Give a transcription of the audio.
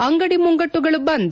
ಅಂಗಡಿ ಮುಂಗಟ್ಟುಗಳು ಬಂದ್